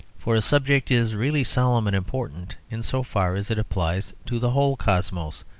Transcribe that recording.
for a subject is really solemn and important in so far as it applies to the whole cosmos,